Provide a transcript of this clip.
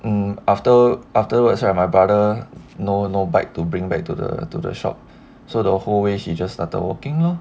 um after afterwards right my brother no no bike to bring back to the to the shop so the whole way he just started walking 咯